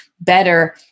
better